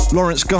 Lawrence